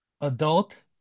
adult